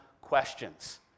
questions